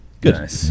Good